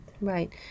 Right